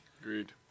Agreed